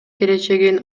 келечегин